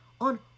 on